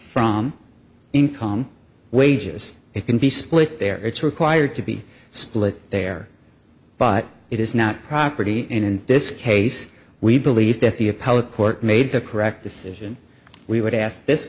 from income wages it can be split there it's required to be split there but it is not property and in this case we believe that the appellate court made the correct decision we would ask this